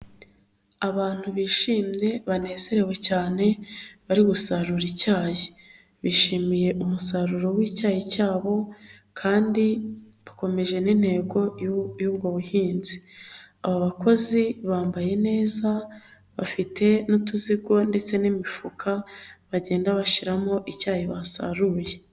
Abantu bishimye banezerewe cyane bari gusarura icyayi, bishimiye umusaruro w'icyayi cyabo kandi bakomeje n'intego y'ubwo buhinzi, aba bakozi bambaye neza, bafite n'utuzigo ndetse n'imifuka bagenda bashiramo icyayi basaruye.